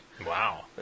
wow